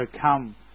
come